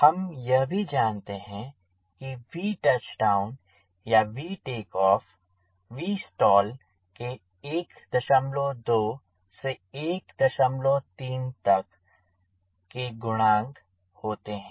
हम यह भी जानते हैं कि Vtouchdown या Vtake off Vstall के 12 से 13 तक के गुणक होते हैं